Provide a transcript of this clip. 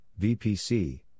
VPC